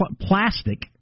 plastic